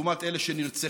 לעומת אלו שנרצחו,